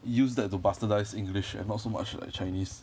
use that to bastardise english and not so much like chinese